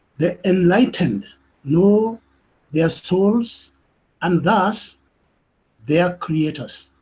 the enlightened know their souls and thus their creators.